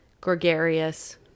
gregarious